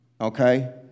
okay